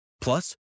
Plus